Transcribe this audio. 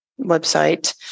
website